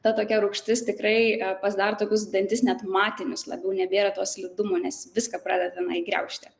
ta tokia rūgštis tikrai psidaro tokius dantis net matinius labiau nebėra to slidumo nes viską pradeda tenai griaužti